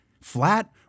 Flat